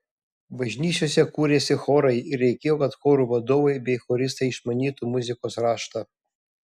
bažnyčiose kūrėsi chorai ir reikėjo kad chorų vadovai bei choristai išmanytų muzikos raštą